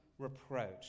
reproach